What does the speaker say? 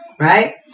right